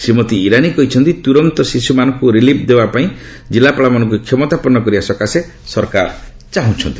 ଶ୍ରୀମତୀ ଇରାନୀ କହିଛନ୍ତି ତୁରନ୍ତ ଶିଶୁମାନଙ୍କୁ ରିଲିଭ୍ ଦେବାପାଇଁ ଜିଲ୍ଲାପାଳମାନଙ୍କୁ କ୍ଷମତାପନ୍ନ କରିବା ପାଇଁ ସରକାର ଚାହୁଁଚ୍ଚନ୍ତି